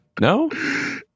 No